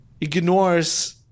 ignores